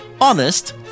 honest